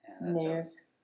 News